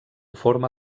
forma